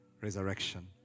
Resurrection